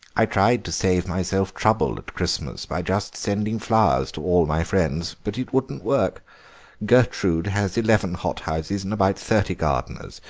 i tried to save myself trouble at christmas by just sending flowers to all my friends, but it wouldn't work gertrude has eleven hot-houses and about thirty gardeners,